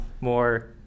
more